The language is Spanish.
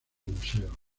museo